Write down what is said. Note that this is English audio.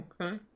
Okay